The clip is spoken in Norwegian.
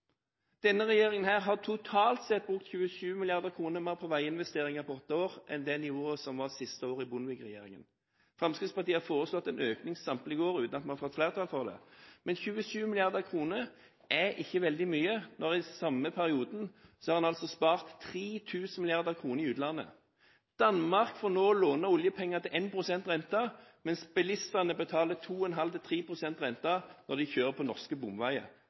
Denne regjeringen har totalt sett brukt 27 mrd. kr mer på veiinvesteringer på åtte år enn det nivået som var siste året i Bondevik-regjeringen. Fremskrittspartiet har foreslått en økning samtlige år uten at vi har fått flertall for det, men 27 mrd. kr er ikke veldig mye når en i samme periode har spart 3 000 mrd. kr i utlandet. Danmark får nå låne oljepenger til 1 pst. rente, mens bilistene betaler 2,5–3 pst. rente når de kjører på norske bomveier.